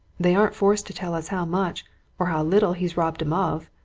they aren't forced to tell us how much or how little he's robbed em of!